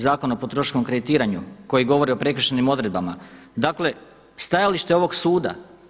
Zakona o potrošačkom kreditiranju koji govori o prekršajnim odredbama“, dakle stajalište ovog suda.